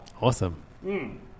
Awesome